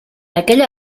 aquella